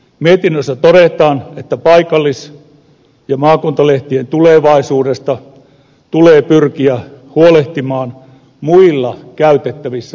mietinnössä todetaan että paikallis ja maakuntalehtien tulevaisuudesta tulee pyrkiä huolehtimaan muilla käytettävissä olevilla keinoilla